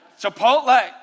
Chipotle